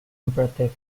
imperative